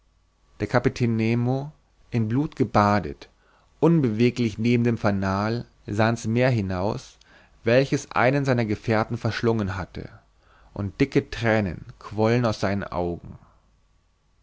der kapitän nemo in blut gebadet unbeweglich neben dem fanal sah in's meer hinaus welches einen seiner gefährten verschlungen hatte und dicke thränen quollen aus seinen augen